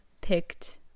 picked